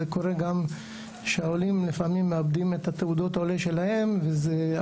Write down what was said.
זה קורה גם כשהעולים לפעמים מאבדים את תעודות העולה שלהם ועל